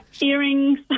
earrings